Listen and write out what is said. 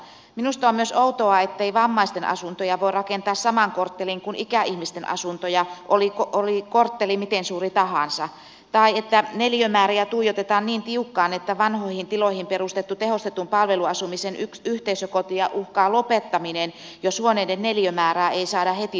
minusta on myös outoa ettei vammaisten asuntoja voi rakentaa samaan kortteliin kuin ikäihmisten asuntoja oli kortteli miten suuri tahansa tai että neliömääriä tuijotetaan niin tiukkaan että vanhoihin tiloihin perustettua tehostetun palveluasumisen yhteisökotia uhkaa lopettaminen jos huoneiden neliömäärää ei saada heti nostetuksi